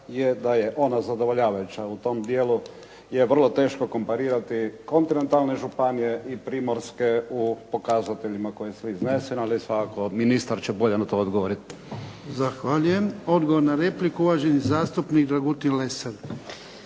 je da je ona zadovoljavajuća. U tom dijelu je vrlo teško komparirati kontinentalne županije i primorske u pokazateljima koji su izneseni. Ali svakako ministar će bolje na to odgovoriti. **Jarnjak, Ivan (HDZ)** Zahvaljujem. Odgovor na repliku, uvaženi zastupnik Dragutin Lesar.